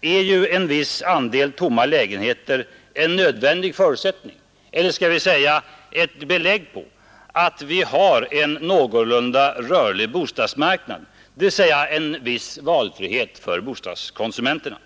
är ju en viss andel tomma lägenheter en nödvändig förutsättning för — eller skall vi säga ett belägg för — att vi har en någorlunda rörlig bostadsmarknad, dvs. en viss valfrihet för bostadskonsumenterna.